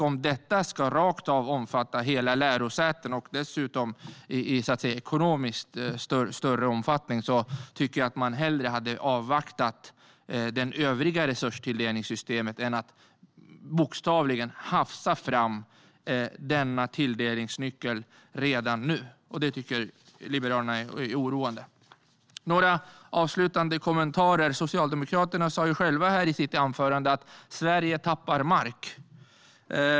Om detta ska omfatta hela lärosäten rakt av och dessutom i större ekonomisk omfattning tycker jag att man skulle ha inväntat det övriga resurstilldelningssystemet i stället för att hafsa fram denna tilldelningsnyckel redan nu. Det tycker Liberalerna är oroande. Några avslutande kommentarer: Socialdemokraterna sa själva i sitt anförande här att Sverige tappar mark.